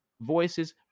voices